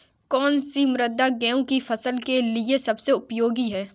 कौन सी मृदा गेहूँ की फसल के लिए सबसे उपयोगी है?